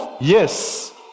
yes